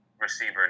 receiver